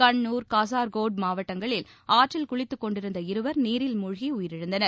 கண்னுா் காச்கோட் மாவட்டங்களில் ஆற்றில் குளித்துக்கொண்டிருந்த இருவா் நீரில் மூழ்கி உயிரிழந்தனர்